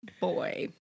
Boy